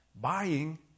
buying